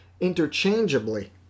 interchangeably